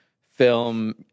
film